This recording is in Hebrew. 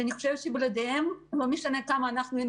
שאני חושבת שבלעדיהם לא משנה כמה היינו